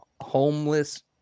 homeless